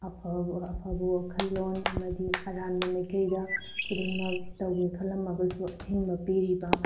ꯑꯐꯕ ꯑꯐꯕ ꯋꯥꯈꯜꯂꯣꯟ ꯑꯃꯗꯤ ꯑꯔꯥꯟꯕ ꯃꯥꯏꯀꯩꯗ ꯈꯨꯗꯤꯡꯃꯛ ꯇꯧꯒꯦ ꯈꯜꯂꯝꯂꯒꯁꯨ ꯑꯊꯤꯡꯕ ꯄꯤꯔꯤꯕ